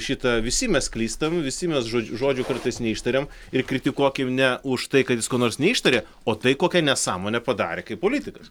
šita visi mes klystam visi mes žodž žodžių kartais neištariam ir kritikuokim ne už tai kad jis ko nors neištarė o tai kokią nesąmonę padarė kaip politikas